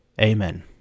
Amen